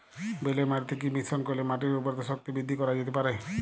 বেলে মাটিতে কি মিশ্রণ করিলে মাটির উর্বরতা শক্তি বৃদ্ধি করা যেতে পারে?